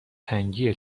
تنگی